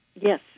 Yes